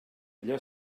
allò